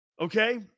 Okay